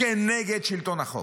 כנגד שלטון החוק.